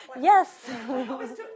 Yes